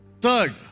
third